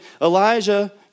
Elijah